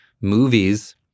movies